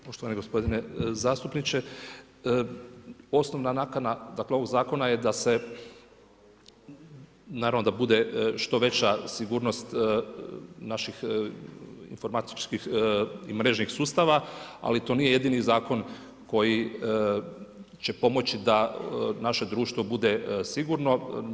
Poštovani gospodine zastupniče, osnovna nakana ovog Zakona je da se, naravno da bude što veća sigurnost naših informatičkih i mrežnih sustava, ali to nije jedini Zakon koji će pomoći da naše društvo bude sigurno.